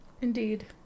indeed